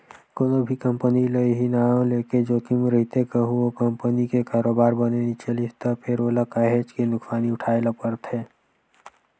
कोनो भी कंपनी ल इहीं नांव लेके जोखिम रहिथे कहूँ ओ कंपनी के कारोबार बने नइ चलिस त फेर ओला काहेच के नुकसानी उठाय ल परथे